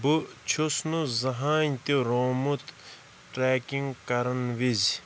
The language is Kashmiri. بہٕ چھُس نہٕ زٕہٕنۍ تہٕ رومُت ٹریکِنٛگ کَرَن وِز